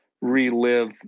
relive